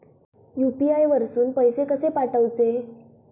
UPI वरसून पैसे कसे पाठवचे?